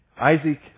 Isaac